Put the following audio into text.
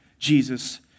Jesus